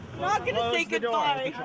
not gonna say good-bye.